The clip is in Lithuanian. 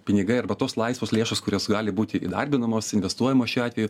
pinigai arba tos laisvos lėšos kurios gali būti įdarbinamos investuojamos šiuo atveju